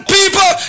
people